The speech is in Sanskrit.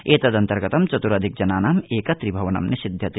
एतदन्तर्गतं चतुरधिक जनानां एकत्रीभवनं निषिध्यते